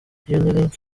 link